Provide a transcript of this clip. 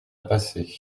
pacé